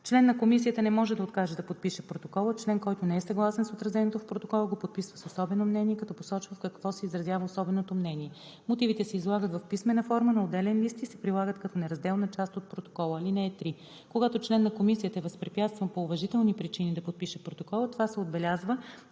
Член на комисията не може да откаже да подпише протокола. Член, който не е съгласен с отразеното в протокола, го подписва с особено мнение, като посочва в какво се изразява особеното мнение. Мотивите се излагат в писмена форма на отделен лист и се прилагат като неразделна част от протокола. (3) Когато член на комисията е възпрепятстван по уважителни причини да подпише протокола, това се отбелязва,